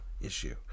issue